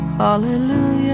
hallelujah